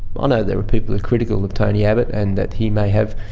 ah know there were people critical of tony abbott and that he may have,